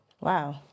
Wow